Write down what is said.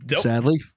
sadly